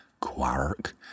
quark